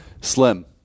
Slim